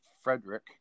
Frederick